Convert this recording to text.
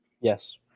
Yes